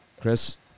Chris